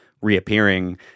reappearing